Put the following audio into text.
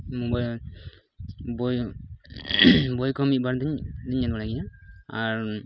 mobile ᱵᱳᱭ ᱵᱳᱭ ᱠᱚᱦᱚᱸ ᱢᱤᱫᱵᱟᱨᱫᱩᱧ ᱧᱮᱞ ᱵᱟᱲᱟᱭ ᱜᱮᱭᱟ ᱟᱨ